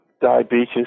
diabetes